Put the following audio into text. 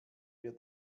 wir